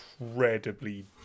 incredibly